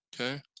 Okay